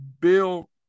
Bill